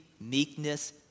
meekness